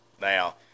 Now